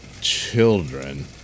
children